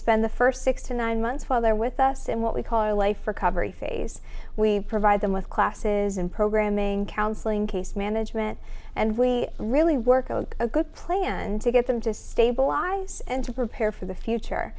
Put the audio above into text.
spend the first six to nine months while they're with us in what we call our life for cover a face we provide them with classes and programming counseling case management and we really work on a good plan to get them to stabilize and to prepare for the future